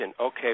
okay